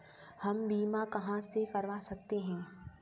हम बीमा कहां से करवा सकते हैं?